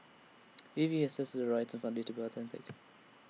A V A has tested the right and found IT to be authentic